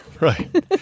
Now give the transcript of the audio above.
right